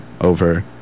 over